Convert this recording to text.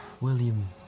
William